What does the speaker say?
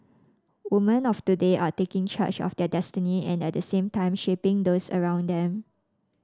woman of today are taking charge of their destiny and at the same shaping those around them